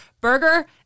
burger